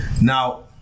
Now